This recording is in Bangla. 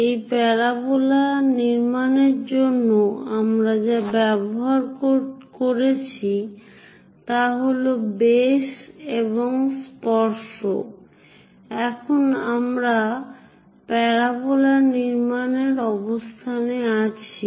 এই প্যারাবোলা নির্মাণের জন্য আমরা যা ব্যবহার করেছি তা হল বেস এবং স্পর্শক এখন আমরা প্যারাবোলা নির্মাণের অবস্থানে আছি